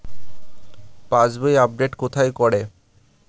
পাসবই update কোথায় করে?